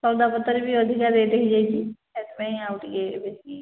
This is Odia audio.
ସଉଦା ପତର ବି ଅଧିକା ରେଟ୍ ହୋଇ ଯାଇଛି ସେଥିପାଇଁ ଆଉ ଟିକେ ବେଶୀ